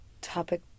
topic